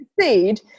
succeed